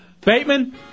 Bateman